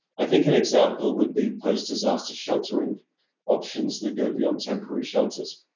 i think an example would be post disaster sheltering options that go beyond temporary shelters,